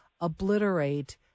obliterate